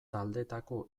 taldetako